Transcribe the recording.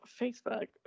Facebook